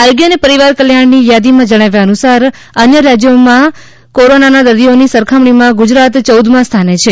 આરોગ્ય અને પરિવાર કલ્યાણની યાદીમાં જણાવ્યા અનુસાર અન્ય રાજ્યોની કોરોનાના દર્દીઓની સરખામણીમાં ગુજરાત ચૌદમાં સ્થાને છે